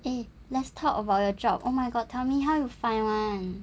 eh let's talk about your job oh my god tell me how you find one